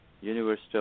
universal